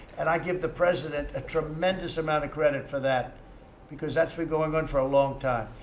and i give the president a tremendous amount of credit for that because that's been going on for a long time.